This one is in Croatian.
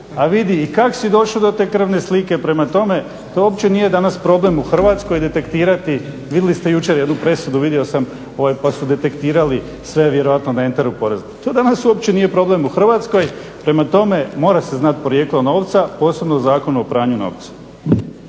a vidi i kako si došao do te krvne slike. Prema tome to uopće nije danas problem u Hrvatskoj detektirati. Vidjeli ste jučer jednu presudu vidio sam pa su detektirali sve vjerojatno na enteru porezne, to danas nije uopće problem u Hrvatsko, prema tome mora se znati porijeklo novca posebno o Zakonu o pranju novca.